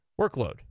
workload